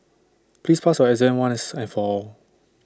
please pass your exam once and for all